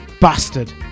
Bastard